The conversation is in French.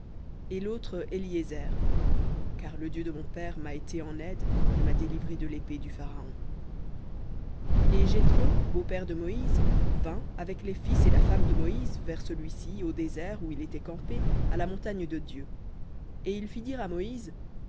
et l'autre éliézer car le dieu de mon père m'a été en aide et m'a délivré de l'épée du pharaon et jéthro beau-père de moïse vint avec les fils et la femme de moïse vers celui-ci au désert où il était campé à la montagne de dieu et il fit dire à moïse